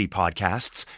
podcasts